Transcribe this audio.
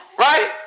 Right